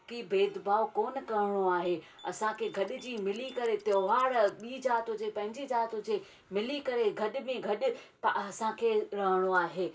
कि भेदभाव कोन करिणो आहे आसांखे गॾिजी मिली करे त्योहार ॿीं जात हुजे पंहिंजी जात हुजे मिली करे गॾु में गॾु असांखे रहिणो आहे